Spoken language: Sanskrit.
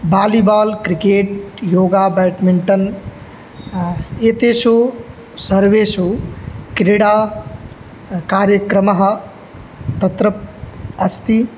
बालिबाल् क्रिकेट् योगा ब्याण्ड्मिण्टन् एतेषु सर्वेषु क्रीडा कार्यक्रमः तत्र अस्ति